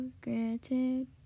granted